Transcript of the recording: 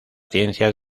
ciencias